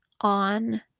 on